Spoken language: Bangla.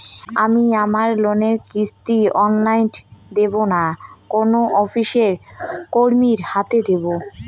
আমি আমার লোনের কিস্তি অনলাইন দেবো না কোনো অফিসের কর্মীর হাতে দেবো?